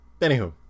anywho